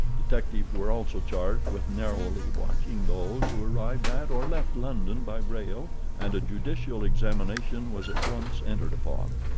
detectives were also charged with narrowly watching those who arrived at or left london by rail, and a judicial examination was at once entered upon.